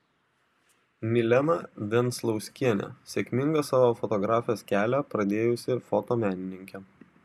milena venclauskienė sėkmingą savo fotografės kelią pradėjusi fotomenininkė